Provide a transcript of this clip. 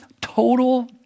total